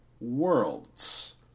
worlds